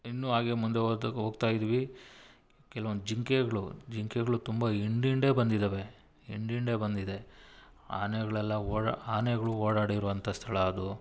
ಇನ್ನು ಹಾಗೇ ಮುಂದೆ ಹೋಗ್ತಾಯಿದ್ದೀವಿ ಕೆಲವೊಂದು ಜಿಂಕೆಗಳು ಜಿಂಕೆಗಳು ತುಂಬ ಹಿಂಡಿಂಡೇ ಬಂದಿದ್ದಾವೆ ಹಿಂಡಿಂಡೇ ಬಂದಿದೆ ಆನೆಗಳೆಲ್ಲ ಓಡಿ ಆನೆಗಳು ಓಡಾಡಿರೋ ಅಂಥ ಸ್ಥಳ ಅದು